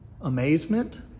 amazement